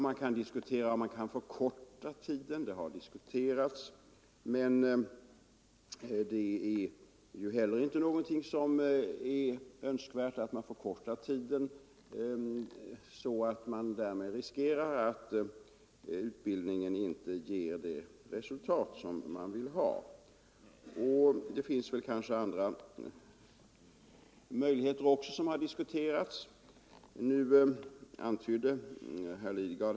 Det har diskuterats om man kan förkorta tiden för tingsmeritering, men det är inte heller önskvärt om man därmed riskerar att utbildningen inte ger det resultat man vill uppnå. Andra möjligheter har också varit föremål för diskussion.